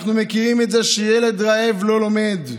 אנחנו מכירים את זה שילד רעב לא לומד,